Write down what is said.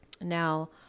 Now